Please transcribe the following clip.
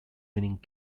winning